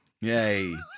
Yay